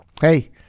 Hey